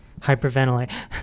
hyperventilate